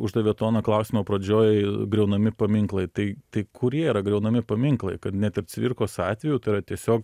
uždavė toną klausimo pradžioj griaunami paminklai tai tai kurie yra griaunami paminklai kad net ir cvirkos atveju tai yra tiesiog